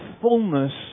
fullness